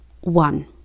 one